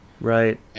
Right